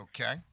Okay